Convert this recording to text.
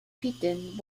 fifteenth